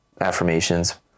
affirmations